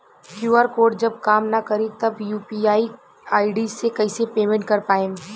QR code जब काम ना करी त यू.पी.आई आई.डी से कइसे पेमेंट कर पाएम?